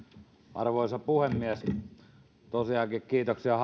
arvoisa puhemies tosiaankin kiitoksia